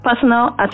personal